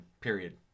period